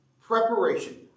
Preparation